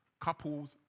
Couples